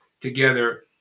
together